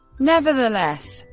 nevertheless,